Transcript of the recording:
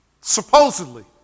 supposedly